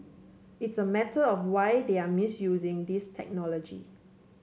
it's a matter of why they are misusing these technology